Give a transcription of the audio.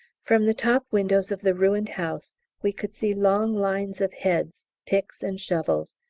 from the top windows of the ruined house we could see long lines of heads, picks and shovels,